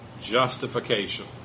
justification